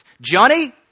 Johnny